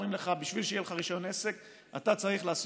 אומרים לך: בשביל שיהיה לך רישיון עסק יש לך